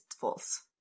false